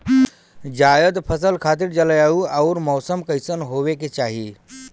जायद फसल खातिर जलवायु अउर मौसम कइसन होवे के चाही?